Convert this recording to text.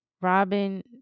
Robin